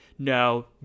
No